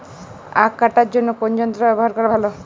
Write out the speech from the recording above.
আঁখ কাটার জন্য কোন যন্ত্র ব্যাবহার করা ভালো?